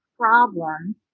Problem